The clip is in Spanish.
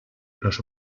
los